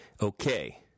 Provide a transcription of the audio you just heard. Okay